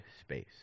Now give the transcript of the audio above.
space